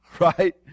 right